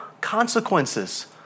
consequences